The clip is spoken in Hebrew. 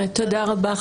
תודה רבה.